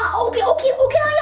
um okay, okay, okay,